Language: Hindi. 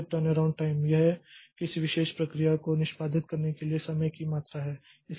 फिर टर्नअराउंड टाइम यह किसी विशेष प्रक्रिया को निष्पादित करने के लिए समय की मात्रा है